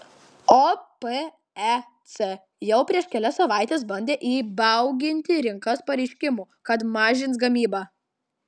opec jau prieš kelias savaites bandė įbauginti rinkas pareiškimu kad mažins gamybą